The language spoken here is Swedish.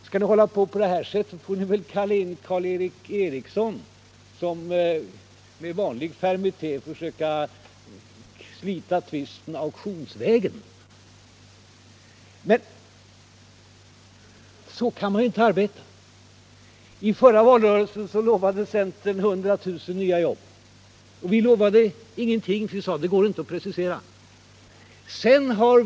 Skall ni hålla på på det sättet får ni väl kalla in Karl Erik Eriksson, som med sin vanliga fermitet får försöka slita tvisten auktionsvägen. Men så kan man inte arbeta. I förra valrörelsen lovade centern 100 000 nya jobb. Vi lovade ingenting. Vi sade att det inte går att precisera i siffror.